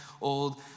old